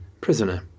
prisoner